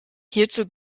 hierzu